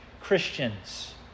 Christians